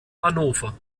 hannover